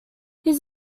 his